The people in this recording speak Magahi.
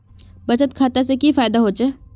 बचत खाता से की फायदा होचे?